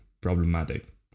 problematic